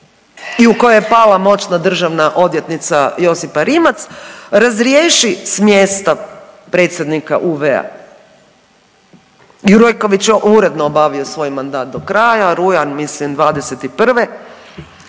i u kojoj je pala moćna državna odvjetnica Josipa Rimac, razriješi s mjesta predsjednika UV-a Jureković je uredno obavio svoj mandat do kraja, rujan mislim 21.